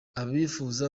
abifuza